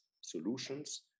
solutions